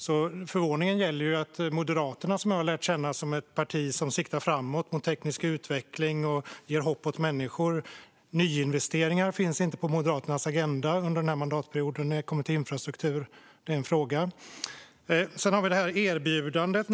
Jag har lärt känna Moderaterna som ett parti som siktar framåt mot teknisk utveckling och ger hopp åt människor, men nyinvesteringar finns inte på Moderaternas agenda under den här mandatperioden när det gäller infrastruktur. Det är en fråga. Sedan har vi erbjudandet.